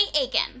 Aiken